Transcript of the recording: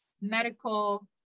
medical